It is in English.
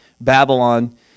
Babylon